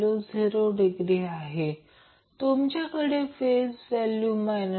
तर कृपया ω मिळवण्यासाठी या सर्व गोष्टींचे कॅल्क्युलेशन करा